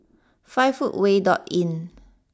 five footway dot Inn